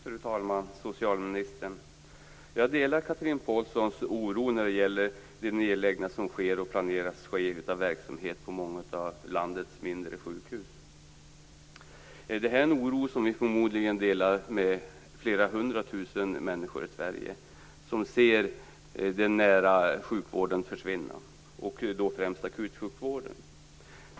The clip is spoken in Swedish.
Fru talman! Socialministern! Jag delar Chatrine Pålssons oro när det gäller de nedläggningar som sker och planeras att ske av verksamhet på många av landets mindre sjukhus. Det är en oro som vi förmodligen delar med flera hundratusen människor i Sverige som ser den nära sjukvården, främst akutsjukvården, försvinna.